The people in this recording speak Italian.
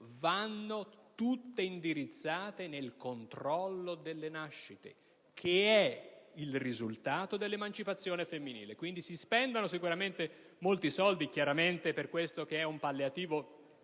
va fatto indirizzandoli nel controllo delle nascite, che è il risultato dell'emancipazione femminile. Si spendono sicuramente molti soldi per questo, che è un palliativo